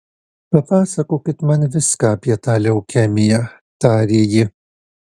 papasakokit man viską apie tą leukemiją tarė ji